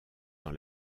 dans